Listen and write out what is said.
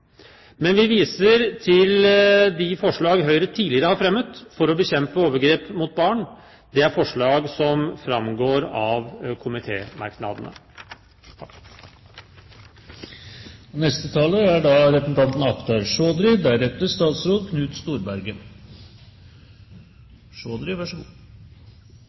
Men vi viser til de forslag Høyre tidligere har fremmet for å bekjempe overgrep mot barn. Det er forslag som framgår av